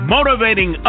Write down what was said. Motivating